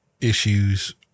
issues